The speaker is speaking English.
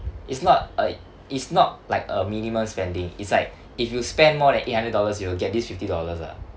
it's not a it's not like a minimum spending it's like if you spend more than eight hundred dollars you'll get this fifty dollars ah